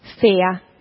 fear